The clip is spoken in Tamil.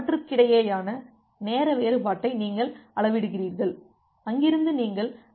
அவற்றுக்கிடையேயான நேர வேறுபாட்டை நீங்கள் அளவிடுகிறீர்கள் அங்கிருந்து நீங்கள் ஆர்டிடியை மதிப்பிடலாம்